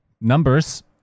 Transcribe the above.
Numbers